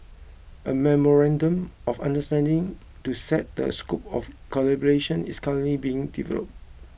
a memorandum of understanding to set the scope of collaboration is currently being developed